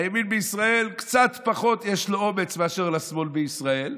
הימין בישראל יש לו קצת פחות אומץ מאשר לשמאל בישראל.